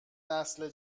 نسل